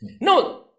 No